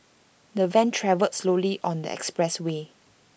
the van travelled slowly on the expressway